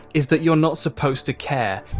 is that you're not supposed to care.